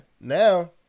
Now